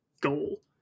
goal